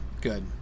good